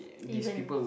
even